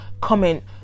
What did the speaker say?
comment